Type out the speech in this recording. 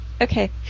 Okay